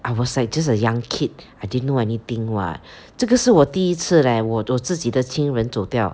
I was like just a young kid I didn't know anything what 这个是我第一次 leh 我的自己的亲人走掉